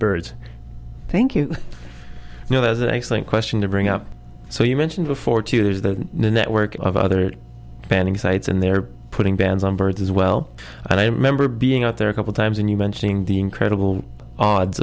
birds thank you know there is an excellent question to bring up so you mentioned before to use the network of other banding sites and they're putting bans on birds as well and i remember being out there a couple times and you mentioning the incredible odds